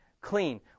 clean